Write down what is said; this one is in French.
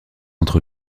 entre